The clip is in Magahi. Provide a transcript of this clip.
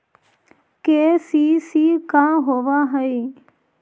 के.सी.सी का होव हइ?